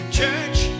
church